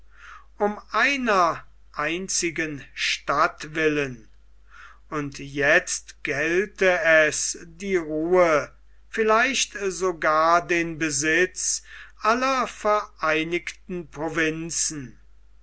um einer einzigen stadt willen und jetzt gelte es die ruhe vielleicht sogar den besitz aller vereinigten provinzen